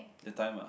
that time ah